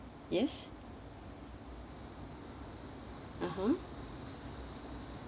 yes (uh huh)